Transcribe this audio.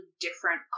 different